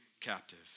captive